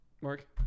Mark